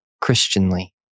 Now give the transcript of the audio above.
Christianly